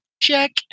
Check